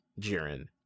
Jiren